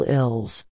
ills